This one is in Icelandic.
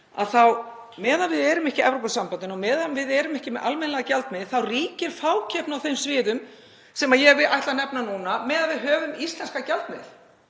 að meðan við erum ekki í Evrópusambandinu og meðan við erum ekki með almennilegan gjaldmiðil þá ríkir fákeppni á þeim sviðum sem ég ætla að nefna núna, ekki meðan við höfum íslenskan gjaldmiðil.